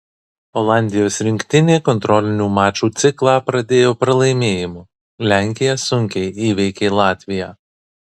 olandijos rinktinė kontrolinių mačų ciklą pradėjo pralaimėjimu lenkija sunkiai įveikė latviją